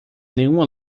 nenhuma